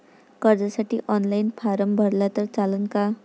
कर्जसाठी online form भरला तर चालन का?